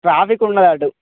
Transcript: traffic ఉండదు అటు